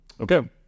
Okay